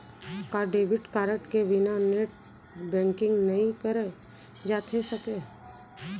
का debit card के बिना नेट बैंकिंग नई करे जाथे सके?